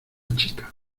chica